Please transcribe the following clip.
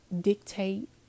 dictate